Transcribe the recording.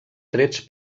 trets